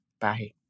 Bye